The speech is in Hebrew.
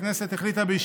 הכנסת החליטה,